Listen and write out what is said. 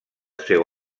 seu